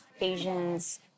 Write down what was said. Asians